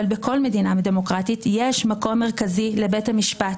אבל בכל מדינה דמוקרטית יש מקום מרכזי לבית המשפט,